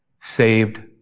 Saved